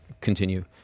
continue